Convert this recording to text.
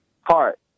heart